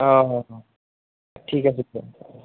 অঁ ঠিক আছে